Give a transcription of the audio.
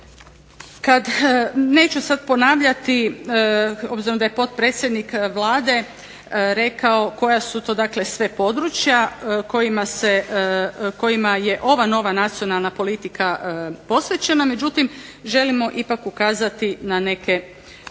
Kad neću sad ponavljati obzirom da je potpredsjednik Vlade rekao koja su to, dakle sve područja kojima je ova nova nacionalna politika posvećena. Međutim, želimo ipak ukazati na neke,